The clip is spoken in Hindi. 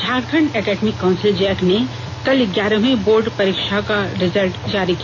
झारखंड एकेडमिक काउंसिल जैक ने कल ग्यारहवीं बोर्ड परीक्षा का रिजल्ट जारी किया